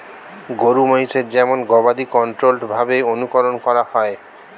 গরু মহিষের যেমন গবাদি কন্ট্রোল্ড ভাবে অনুকরন করা হয়